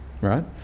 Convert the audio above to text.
right